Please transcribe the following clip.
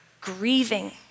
grieving